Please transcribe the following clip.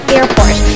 Airport